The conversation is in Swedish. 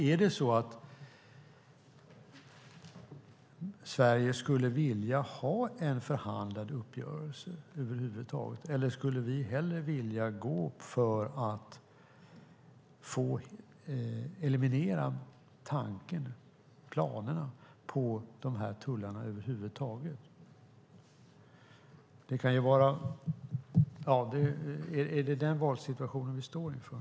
Är det så att Sverige skulle vilja ha en förhandlad uppgörelse, eller skulle vi hellre vilja eliminera tanken, planerna, på tullar helt och hållet? Är det den valsituationen vi står inför?